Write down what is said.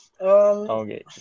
Okay